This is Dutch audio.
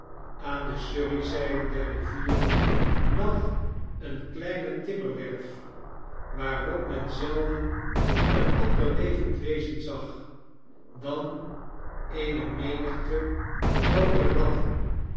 aan de surreyzijde der rivier lag eene kleine timmerwerf waarop men zelden een ander levend wezen zag dan eene menigte groote ratten